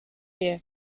year